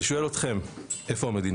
אני שואל אתכם, איפה המדינה?